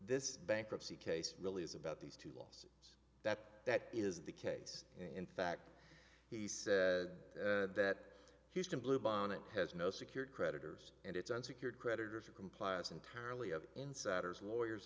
this bankruptcy case really is about these two loves that that is the case in fact he said that he's been bluebonnet has no secured creditors and it's unsecured creditors of compliance entirely of insiders lawyers